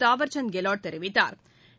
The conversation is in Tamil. தாவர்சந்த் கொட் தெரிவித்தாா்